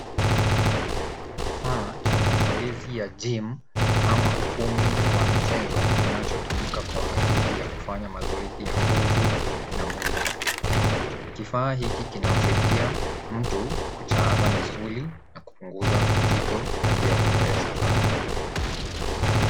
Kifaa cha mazoezi ya gym ama ukumbi wa michezo kinachotumika kwa ajili ya kufanya mazoezi ya nguvu na mwili. Kifaa hiki kinamsaidia mtu kucharaza misuli na kupunguza uzito na pia kuboresha afya.